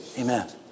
amen